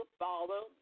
follow